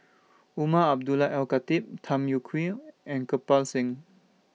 Umar Abdullah Al Khatib Tham Yui Kai and Kirpal Singh